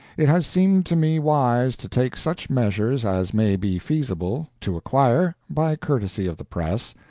it has seemed to me wise to take such measures as may be feasible, to acquire, by courtesy of the press,